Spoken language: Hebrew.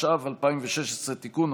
התשע"ו 2016 (תיקון),